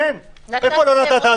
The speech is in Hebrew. איפה לא נתת?